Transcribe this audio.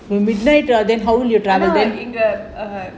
நீங்க:neenga